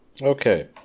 Okay